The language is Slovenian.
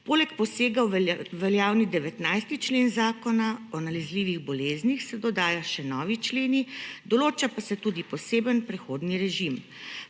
Poleg posega v veljavni 19. člen Zakona o nalezljivih boleznih, se dodajajo še novi členi, določa pa se tudi poseben prehodni režim.